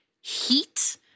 heat